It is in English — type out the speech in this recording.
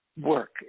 work